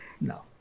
no